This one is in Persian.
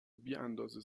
بیاندازه